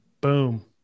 Boom